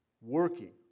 working